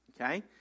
Okay